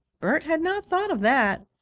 bert had not thought of that,